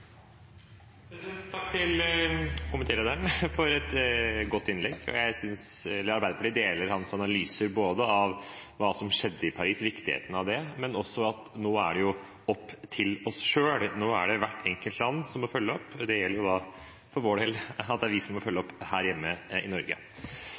Takk til komitélederen for et godt innlegg. Arbeiderpartiet deler hans analyser av hva som skjedde i Paris, viktigheten av det, men også at nå er det opp til oss selv, nå er det hvert enkelt land som må følge opp. For vår del betyr det at det er vi som må følge